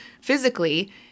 physically